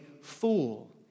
fool